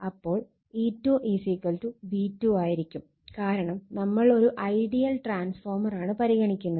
അപ്പോൾ E2 V2 ആയിരിക്കും കാരണം നമ്മൾ ഒരു ഐഡിയൽ ട്രാൻസ്ഫോർമർ ആണ് പരിഗണിക്കുന്നത്